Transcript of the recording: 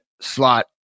slot